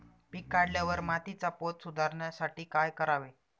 पीक काढल्यावर मातीचा पोत सुधारण्यासाठी काय करावे?